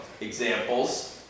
examples